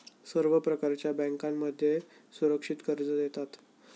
सर्व प्रकारच्या बँकांमध्ये असुरक्षित कर्ज देतात